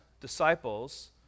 disciples